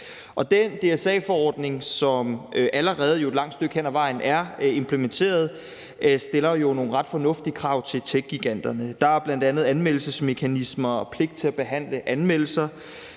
Den DSA-forordning, som allerede et langt stykke hen ad vejen er implementeret, stiller jo nogle ret fornuftige krav til techgiganterne. Der er bl.a. anmeldelsesmekanismer og pligt til at behandle anmeldelser.